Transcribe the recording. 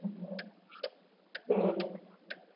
ம் சரிண்ணே